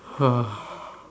ah